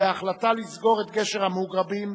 וההחלטה לסגור את גשר המוגרבים,